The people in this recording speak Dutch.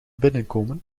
binnenkomen